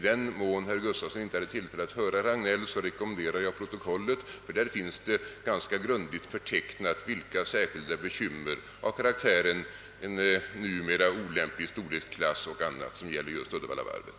Om herr Gustafsson inte hade tillfälle att höra herr Hagnell rekommenderar jag honom att läsa protokollet, ty där finns ganska grundligt upptecknat vilka särskilda bekymmer av karaktären »en numera olämplig storleksklass» och annat som gäller just Uddevallavarvet.